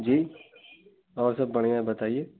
जी और सब बढ़ियाँ है बताइए